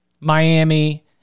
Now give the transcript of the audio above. Miami